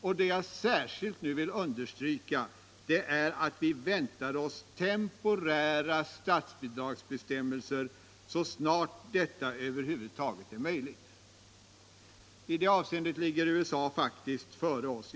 Vad jag särskilt vill understryka är att vi väntar oss temporära statsbidragsbestämmelser så snart det över huvud taget är möjligt. I detta avseende ligger faktiskt USA före oss.